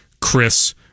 Chris